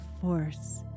force